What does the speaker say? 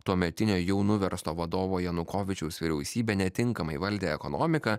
tuometinio jau nuversto vadovo janukovyčiaus vyriausybė netinkamai valdė ekonomiką